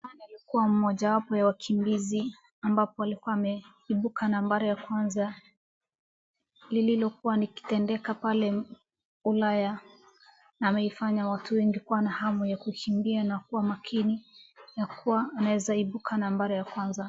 Ann alikuwa mmojawapo wa wakimbizi ambapo alikuwa ameibuka nambari ya kwanza, lililokuwa likitendeka pale ulaya. Ameifanya watu wengi kuwa na hamu ya kukimbia na kuwa makini na kuwa wanaeza ibuka nambari ya kwanza.